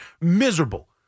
Miserable